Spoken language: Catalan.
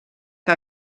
que